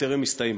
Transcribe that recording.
שטרם הסתיימה.